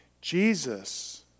Jesus